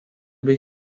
bei